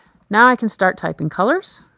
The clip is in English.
now i can start typing colors.